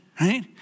right